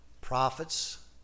prophets